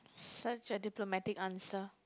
such a diplomatic answer